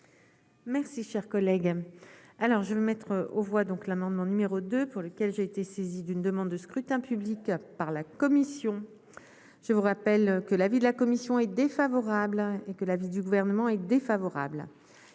Merci, cher collègue, alors je me mettre aux voix, donc l'amendement numéro 2 pour lequel j'ai été saisi d'une demande de scrutin public par la Commission. Je vous rappelle que l'avis de la commission est défavorable et que l'avis du Gouvernement est défavorable,